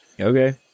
Okay